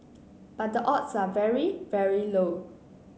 but the odds are very very low